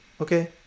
okay